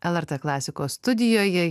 lrt klasikos studijoje